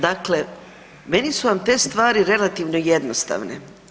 Dakle, meni su vam te stvari relativno jednostavne.